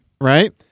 Right